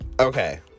okay